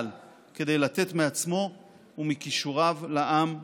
כדי לתת מעצמו ומכישוריו לעם ולמדינה.